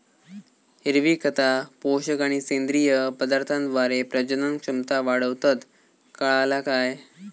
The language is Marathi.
हिरवी खता, पोषक आणि सेंद्रिय पदार्थांद्वारे प्रजनन क्षमता वाढवतत, काळाला काय?